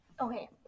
okay